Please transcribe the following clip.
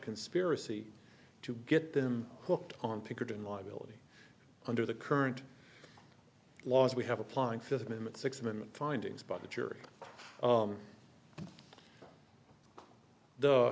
conspiracy to get them hooked on pinkerton liability under the current laws we have applying fifth amendment six minute findings by the jury